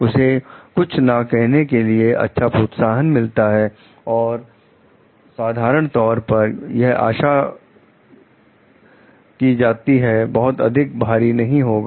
उसे कुछ ना कहने के लिए अच्छा प्रोत्साहन मिलता है और साधारण तौर पर यह आशा निकाह बहुत अधिक भारी नहीं होगा